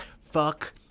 fuck